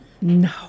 No